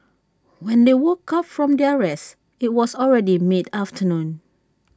when they woke up from their rest IT was already mid afternoon